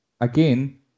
again